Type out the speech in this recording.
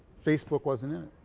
facebook wasn't in it.